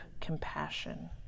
compassion